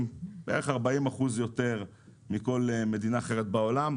בערך 40 אחוזים יותר מכל מדינה אחרת בעולם.